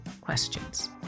questions